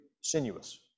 sinuous